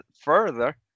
further